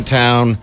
town